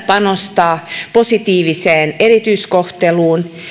panostaa positiiviseen erityiskohteluun